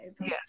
Yes